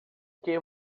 que